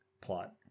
plot